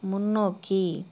முன்னோக்கி